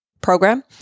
program